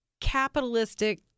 capitalistic